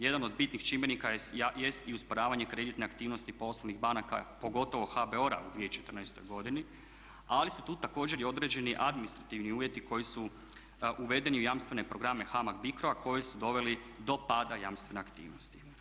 Jedan od bitnih čimbenika jeste i usporavanje kreditne aktivnosti poslovnih banaka pogotovo HBOR-a u 2014.godini, ali su tu također i određeni administrativni uvjeti koji su uvedeni u jamstvene programe HAMAG BICRO-a koji su doveli do pada jamstvene aktivnosti.